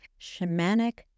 shamanic